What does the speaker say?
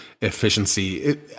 efficiency